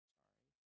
sorry